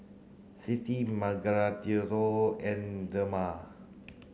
Clytie Margarito and Dema